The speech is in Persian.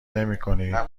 نمیکنید